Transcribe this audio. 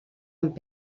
amb